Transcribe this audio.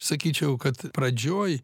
sakyčiau kad pradžioj